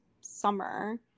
summer